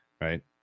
right